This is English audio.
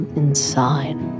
inside